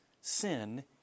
sin